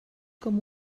com